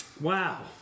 wow